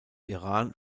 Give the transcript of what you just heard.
iran